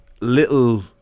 little